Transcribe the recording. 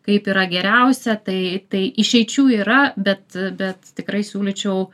kaip yra geriausia tai tai išeičių yra bet bet tikrai siūlyčiau